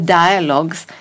dialogues